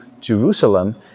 Jerusalem